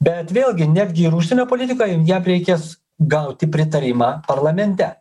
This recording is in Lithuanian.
bet vėlgi netgi ir užsienio politikoj jam reikės gauti pritarimą parlamente